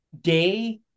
day